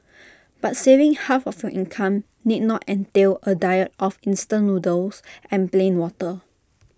but saving half of your income need not entail A diet of instant noodles and plain water